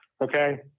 Okay